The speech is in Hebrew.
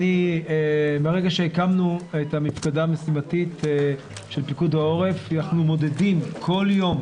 מהרגע שהקמנו את המפקדה המשימתית של פיקוד העורף אנחנו מודדים כל יום,